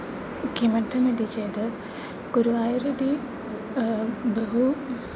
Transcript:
किमर्थम् इति चेत् गुरुवार् इति बहु